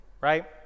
right